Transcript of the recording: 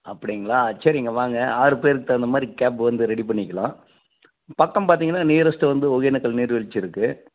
அப்படிங்களா சரிங்க வாங்க ஆறு பேருக்கு தகுந்த மாதிரி கேப் வந்து ரெடி பண்ணிக்கலாம் பக்கம் பார்த்தீங்கன்னா நியரஸ்ட்டு வந்து ஒக்கேனக்கல் நீர் வீழ்ச்சி இருக்குது